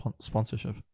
sponsorship